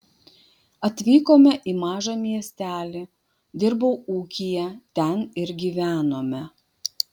atvykome į mažą miestelį dirbau ūkyje ten ir gyvenome